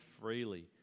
freely